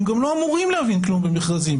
הם גם לא אמורים להבין כלום במכרזים,